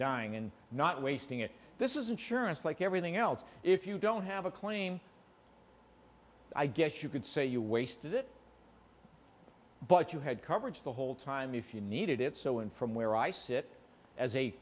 dying and not wasting it this is insurance like everything else if you don't have a claim i guess you could say you wasted it but you had coverage the whole time if you needed it so and from where i sit as a